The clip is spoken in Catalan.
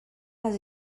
les